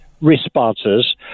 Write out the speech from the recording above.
responses